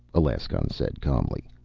alaskon said calmly.